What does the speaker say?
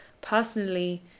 personally